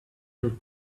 your